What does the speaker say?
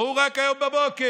ראו רק היום בבוקר,